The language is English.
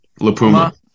Lapuma